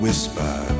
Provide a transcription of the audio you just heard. Whisper